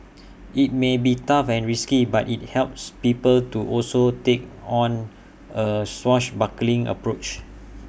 IT may be tough and risky but IT helps people to also take on A swashbuckling approach